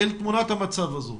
עם תמונת המצב הזאת,